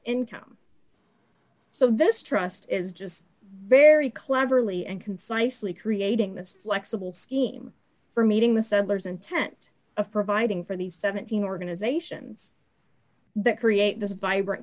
income so this trust is just very cleverly and concisely creating this flexible scheme for meeting the settlers intent of providing for these seventeen organizations that create this vibrant